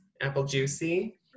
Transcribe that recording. apple-juicy